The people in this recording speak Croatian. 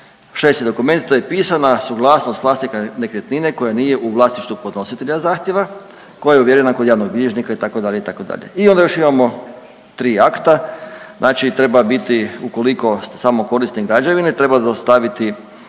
šesti dokument, to je pisana suglasnost vlasnika nekretnine koja nije u vlasništvu podnositelja zahtjeva koja je ovjerena kod javnog bilježnika itd., itd., i onda još imamo tri akta, znači treba biti ukoliko ste samo korisnik građevine treba dostaviti